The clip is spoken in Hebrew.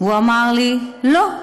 והוא אמר לי: לא,